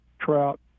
trout